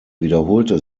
wiederholte